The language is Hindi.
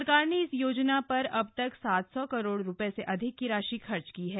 सरकार ने इस योजना पर अब तक सात सौ करोड़ रुपए से अधिक की राशि खर्च की है